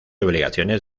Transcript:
obligaciones